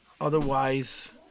otherwise